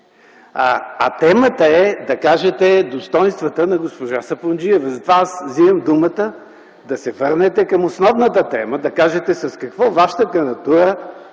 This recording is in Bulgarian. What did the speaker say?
А темата е да кажете достойнствата на госпожа Сапунджиева. Затова аз вземам думата, за да се върнете към основната тема – да кажете с какво вашата кандидатура